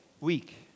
week